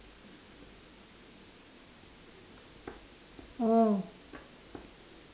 oh